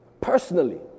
personally